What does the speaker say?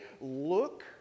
look